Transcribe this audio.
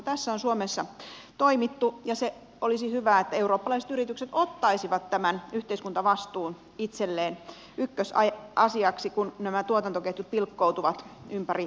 tässä on suomessa toimittu ja olisi hyvä että eurooppalaiset yritykset ottaisivat tämän yhteiskuntavastuun itselleen ykkösasiaksi kun nämä tuotantoketjut pilkkoutuvat ympäri maailmaa